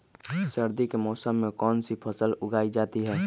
सर्दी के मौसम में कौन सी फसल उगाई जाती है?